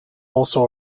also